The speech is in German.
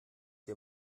sie